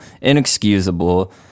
inexcusable